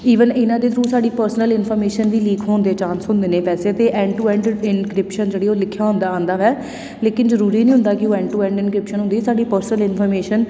even ਇਹਨਾਂ ਦੇ through ਸਾਡੀ ਪਰਸਨਲ ਇਨਫੋਰਮੇਸ਼ਨ ਵੀ ਲੀਕ ਹੋਣ ਦੇ ਚਾਂਸ ਹੁੰਦੇ ਨੇ ਵੈਸੇ ਤਾਂ ਐਂਡ ਟੂ ਐਂਡ ਇਨਕ੍ਰਿਪਸ਼ਨ ਜਿਹੜੀ ਉਹ ਲਿਖਿਆ ਹੁੰਦਾ ਆਉਂਦਾ ਹੈ ਲੇਕਿਨ ਜ਼ਰੂਰੀ ਨਹੀਂ ਹੁੰਦਾ ਕਿ ਉਹ ਐਂਡ ਟੂ ਐਂਡ ਇਨਕ੍ਰਿਪਸ਼ਨ ਹੁੰਦੀ ਸਾਡੀ ਪਰਸਨਲ ਇਨਫੋਰਮੇਸ਼ਨ